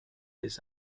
his